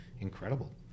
incredible